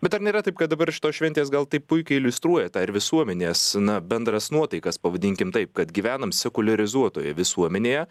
bet ar nėra taip kad dabar šitos šventės gal taip puikiai iliustruoja tą ir visuomenės na bendras nuotaikas pavadinkim taip kad gyvenam sekuliarizuotoje visuomenėje